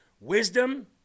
Wisdom